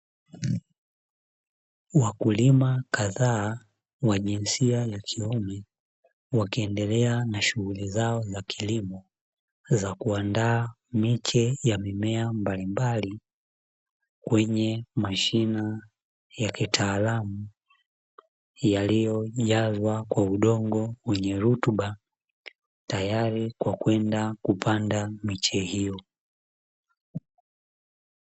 Wakulima kadhaa wa jinsia ya kiume wakiendelea na shughuli zao za kilimo, za kuandaa miche ya mimea mbalimbali kwenye mashina ya kitaalamu yaliyojazwa kwa udongo wenye rutuba, tayari kwa kwenda kupanda miche hiyo.